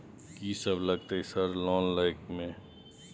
कि सब लगतै सर लोन लय में?